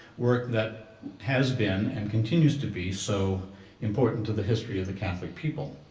work that has been, and continues to be, so important to the history of the catholic people?